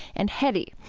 and heady.